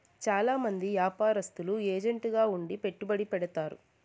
చాలా మంది యాపారత్తులు ఏజెంట్ గా ఉండి పెట్టుబడి పెడతారు